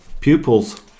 pupils